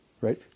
Right